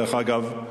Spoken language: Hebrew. דרך אגב,